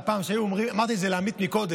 פעם, כשהיו אומרים לי, אמרתי את זה לעמית קודם,